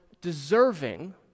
deserving